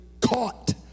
caught